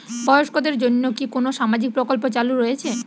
বয়স্কদের জন্য কি কোন সামাজিক প্রকল্প চালু রয়েছে?